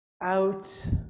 out